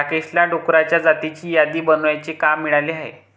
राकेशला डुकरांच्या जातींची यादी बनवण्याचे काम मिळाले आहे